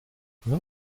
when